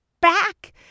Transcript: back